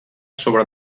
sobre